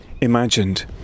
imagined